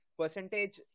percentage